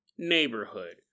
Neighborhood